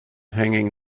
hanging